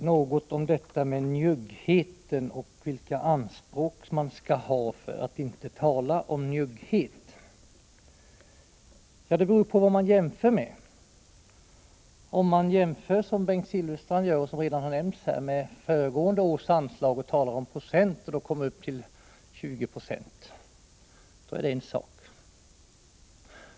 Herr talman! Jag vill säga något om njuggheten och vilka anspråk man skall ha för att inte tala om njugghet. Det beror på vad man jämför med. Om man, som Bengt Silfverstrand gör och som redan har nämnts här, jämför med föregående års anslag och talar om procent och att man kommer upp till 20 20, är det en sak.